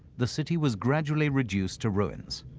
the city was gradually reduced to ruins.